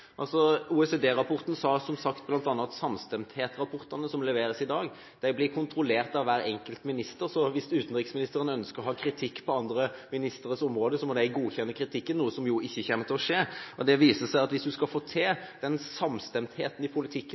sa som sagt bl.a. at samstemthet-rapportene som leveres i dag, blir kontrollert av hver enkelt minister, så hvis utenriksministeren ønsker å ha kritikk på andre ministres områder, må de godkjenne kritikken – noe som ikke kommer til skje. Det viser at hvis en skal få til den samstemtheten i politikken,